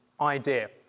idea